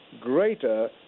greater